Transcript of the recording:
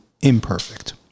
imperfect